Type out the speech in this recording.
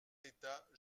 d’état